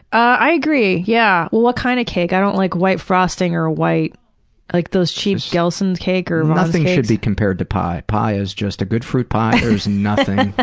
i agree. yeah what kind of cake? i don't like white frosting or white like those cheap gelson's cake pg nothing should be compared to pie. pie is just a good fruit pie or is nothing,